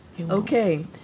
Okay